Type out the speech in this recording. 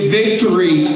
victory